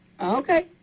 Okay